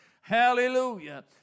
Hallelujah